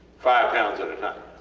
five lbs at a time.